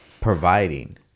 providing